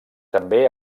també